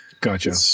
Gotcha